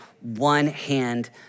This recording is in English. one-hand